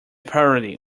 parody